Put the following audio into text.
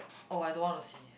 oh I don't want to see